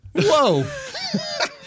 Whoa